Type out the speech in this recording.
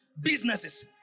businesses